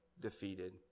defeated